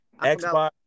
Xbox